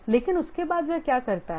लेकिन उसके बाद वह क्या करता है